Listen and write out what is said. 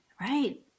Right